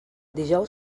dijous